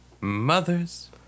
mother's